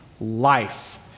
life